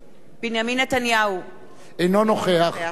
אינו נוכח יוחנן פלסנר,